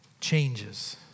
changes